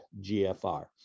GFR